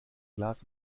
glas